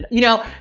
you know,